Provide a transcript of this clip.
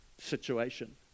situation